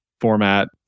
Format